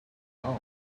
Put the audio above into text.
down